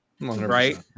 right